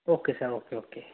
okay sir okay okay